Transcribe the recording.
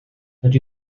rydw